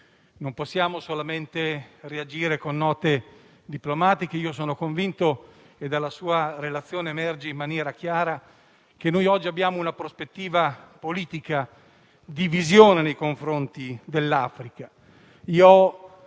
Non possiamo reagire solamente con note diplomatiche. Io sono convinto - e dalla sua relazione emerge in maniera chiara - che noi oggi abbiamo una prospettiva politica di visione nei confronti dell'Africa.